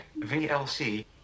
VLC